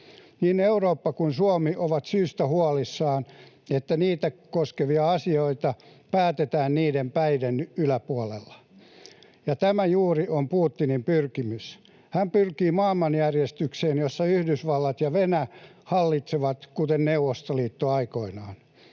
Niin Eurooppa kuin Suomi ovat syystä huolissaan siitä, että niitä koskevia asioita päätetään niiden päiden yläpuolella, ja tämä juuri on Putinin pyrkimys. Hän pyrkii maailmanjärjestykseen, jossa Yhdysvallat ja Venäjä hallitsevat kuten Neuvostoliitto aikoinaan.